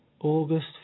August